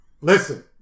Listen